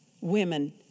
women